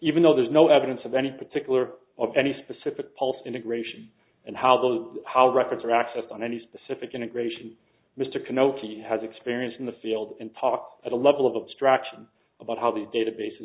even though there's no evidence of any particular of any specific pulsed integration and how those how records are accessed on any specific integration mr konopka he has experience in the field and talk at a level of abstraction about how the databases